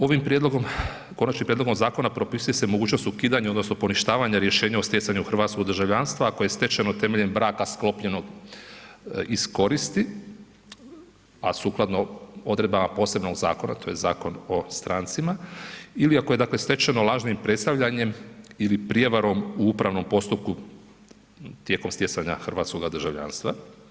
Ovim prijedlogom, konačnim prijedlogom zakona propisuje se mogućnost ukidanja odnosno poništavanja rješenja o stjecanju hrvatskog državljanstva ako je stečeno temeljem braka sklopljenog iz koristi, a sukladno odredbama posebnog zakona, to je Zakon o strancima ili ako je dakle stečeno lažni predstavljanjem ili prijevarom u upravnom postupku tijekom stjecanja hrvatskoga državljanstva.